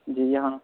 جی یہاں